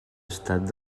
estat